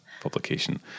publication